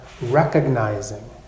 recognizing